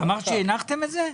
אמרת שהנחתם את זה?